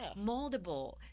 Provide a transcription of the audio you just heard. moldable